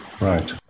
right